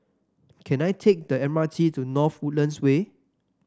can I take the M R T to North Woodlands Way